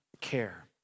care